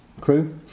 crew